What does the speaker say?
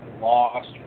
lost